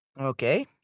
Okay